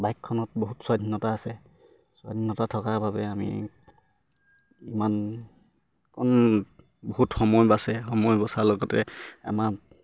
বাইকখনত বহুত স্বাধীনতা আছে স্বাধীনতা থকাৰ বাবে আমি ইমানকণ বহুত সময় বাচে সময় বচাৰ লগতে আমাৰ